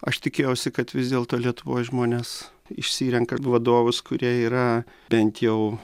aš tikėjausi kad vis dėlto lietuvoj žmonės išsirenka vadovus kurie yra bent jau